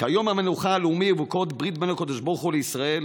כיום המנוחה הלאומי וכאות ברית בין הקדוש ברוך הוא לישראל.